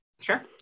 Sure